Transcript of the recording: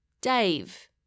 Dave